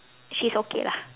she's okay lah